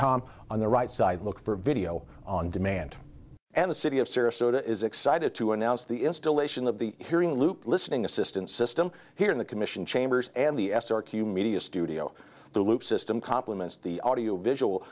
com on the right side look for video on demand and the city of syria so is excited to announce the installation of the hearing loop listening assistance system here in the commission chambers and the s r q media studio the loop system complements the audio visual